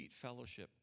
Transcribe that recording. fellowship